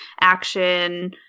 action